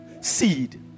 seed